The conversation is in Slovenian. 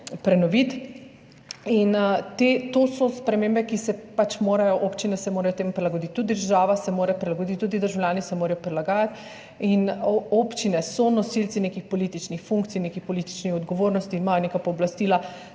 prenoviti. To so spremembe, občine se morajo temu prilagoditi, tudi država se mora prilagoditi, tudi državljani se morajo prilagajati. Občine so nosilci nekih političnih funkcij, nekih političnih odgovornosti, imajo neka pooblastila,